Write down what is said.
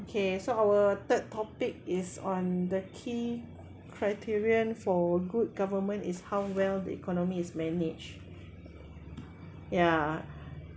okay so our third topic is on the key criterion for good government is how well the economy is managed ya